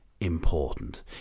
important